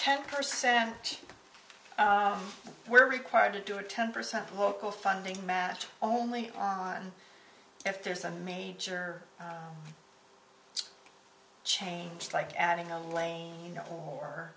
ten percent were required to do a ten percent local funding match only if there's a major change like adding a lane or